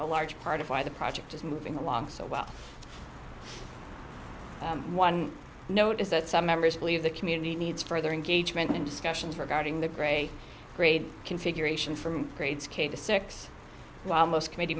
a large part of why the project is moving along so well one note is that some members believe the community needs further engagement in discussions regarding the great grade configuration from grades k to six while most committee